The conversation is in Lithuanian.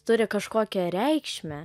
turi kažkokią reikšmę